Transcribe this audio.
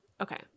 Okay